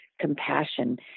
compassion